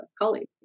colleagues